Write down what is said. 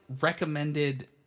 recommended